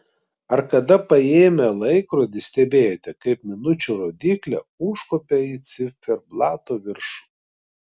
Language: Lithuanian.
ar kada paėmę laikrodį stebėjote kaip minučių rodyklė užkopia į ciferblato viršų